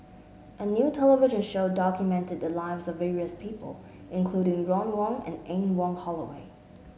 a new television show documented the lives of various people including Ron Wong and Anne Wong Holloway